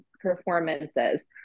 performances